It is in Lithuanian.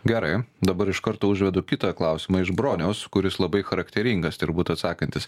gerai dabar iš karto užvedu kitą klausimą iš broniaus kuris labai charakteringas turbūt atsakantis